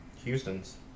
Houston's